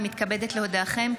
אני מתכבדת להודיעכם,